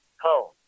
Home